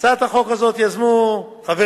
את הצעת החוק הזאת יזמו חברי